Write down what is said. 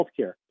healthcare